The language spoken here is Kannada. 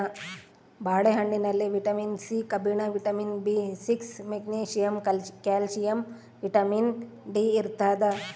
ಬಾಳೆ ಹಣ್ಣಿನಲ್ಲಿ ವಿಟಮಿನ್ ಸಿ ಕಬ್ಬಿಣ vitamin B six magnesium calcium vitamin D ಇರ್ತಾದ